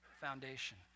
foundation